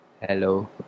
Hello